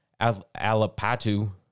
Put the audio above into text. alapatu